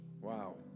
Wow